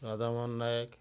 Radhamohan Nayak